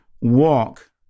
walk